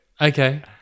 Okay